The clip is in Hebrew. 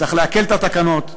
צריך להקל את התקנות.